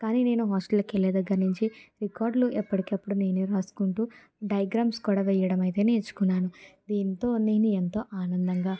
కానీ నేను హాస్టల్కి వెళ్ళిన దగ్గర్నుండి రికార్డ్లు ఎప్పటికెప్పుడు నేనే రాసుకుంటూ డైగ్రామ్స్ కూడా వేయడమైతే నేర్చుకున్నాను దీంతో నేను ఎంతో ఆనందంగా